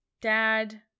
dad